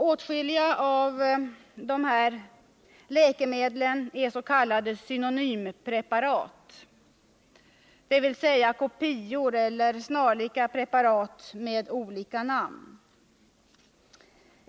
Åtskilliga av dessa är s.k. synonympreparat, dvs. kopior eller snarlika preparat med olika namn.